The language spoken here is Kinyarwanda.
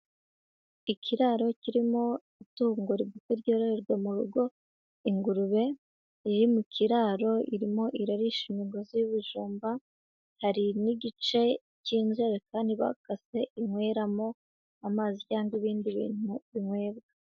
Ikiraro kirimo itungo rigufi ryororerwa mu rugo, ingurube iri mu kiraro irimo irarisha imigozi y'ibijumba, hari n'igice cy'injerekani bakase inyweramo, amazi cyangwa ibindi bintu binywebwa.